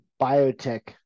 biotech